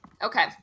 Okay